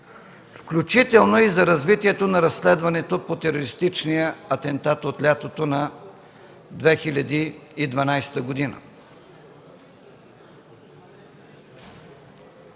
включително и за развитието на разследването по терористичния атентат от лятото на 2012 г.